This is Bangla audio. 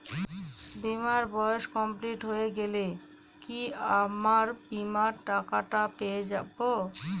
বীমার বয়স কমপ্লিট হয়ে গেলে কি আমার বীমার টাকা টা পেয়ে যাবো?